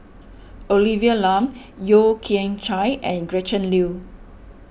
Olivia Lum Yeo Kian Chye and Gretchen Liu